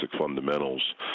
fundamentals